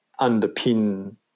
underpin